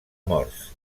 morts